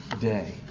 day